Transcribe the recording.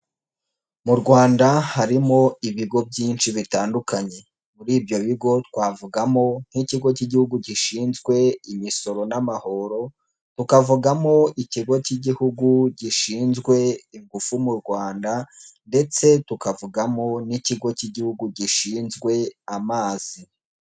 Mu Rwanda harimo ibigo byinshi bitandukanye, muri ibyo bigo twavugamo nk'ikigo cy'igihugu gishinzwe imisoro n'amahoro, tukavugamo ikigo cy'igihugu gishinzwe ingufu mu Rwanda ndetse tukavugamo n'ikigo cy'igihugu gishinzwe amazi.